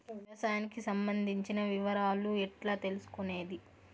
వ్యవసాయానికి సంబంధించిన వివరాలు ఎట్లా తెలుసుకొనేది?